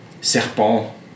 Serpent